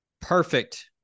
Perfect